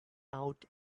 out